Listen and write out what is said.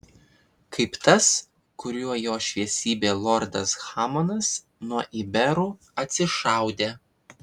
kaip tas kuriuo jo šviesybė lordas hamonas nuo iberų atsišaudė